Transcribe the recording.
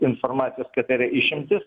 informacijos kad tai yra išimtys